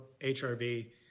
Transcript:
hrv